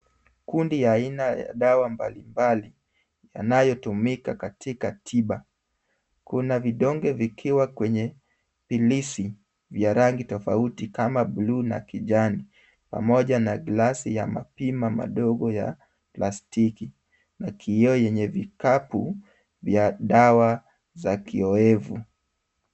Kundi ya aina ya dawa mbalimbali yanayotumika katika tiba. Kuna vidonge vikiwa kwenye ilisi vya rangi tofauti kama bluu na kijani pamoja na glasi ya mapima madogo ya plastiki na kioo yenye vikapu vya dawa za kioevu.